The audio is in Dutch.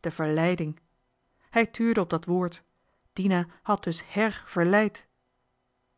de verleiding hij tuurde op dat woord dina had dus her verleid